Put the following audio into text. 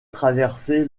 traverser